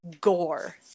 gore